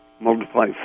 multiply